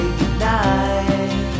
goodnight